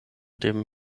dem